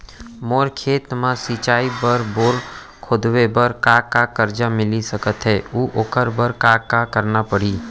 मोर खेत म सिंचाई बर बोर खोदवाये बर का का करजा मिलिस सकत हे अऊ ओखर बर का का करना परही?